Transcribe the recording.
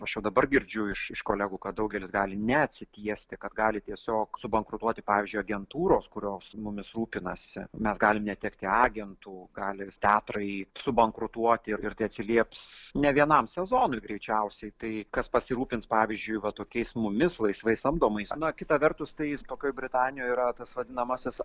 o aš jau dabar girdžiu iš iš kolegų kad daugelis gali neatsitiesti kad gali tiesiog subankrutuoti pavyzdžiui agentūros kurios mumis rūpinasi mes galim netekti agentų gali ir teatrai subankrutuoti ir tai atsilieps ne vienam sezonui greičiausiai tai kas pasirūpins pavyzdžiui va tokiais mumis laisvai samdomais na kita vertus tai jis tokioj britanijoj yra tas vadinamasis